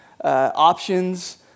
options